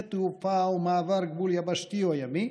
שדה תעופה ומעבר גבול יבשתי או ימי,